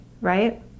right